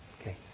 Okay